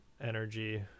energy